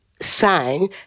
sign